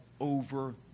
over